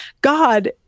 God